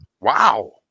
Wow